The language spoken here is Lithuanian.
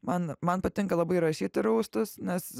man man patinka labai rašyti raustus nes